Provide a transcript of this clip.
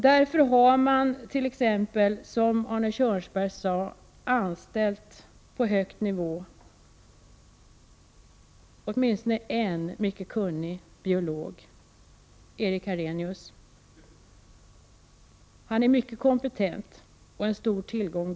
Därför har man, som också Arne Kjörnsberg sade, på hög nivå anställt åtminstone en mycket kunnig biolog, nämligen Erik Arrhenius. Han är mycket kompetent och en stor tillgång.